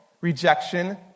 rejection